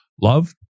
love